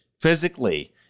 physically